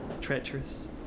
treacherous